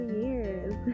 years